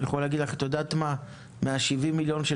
אני יכול להגיד לך שמתוך ה-70 מיליון של